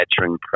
veteran